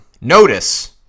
Notice